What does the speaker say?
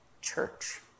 church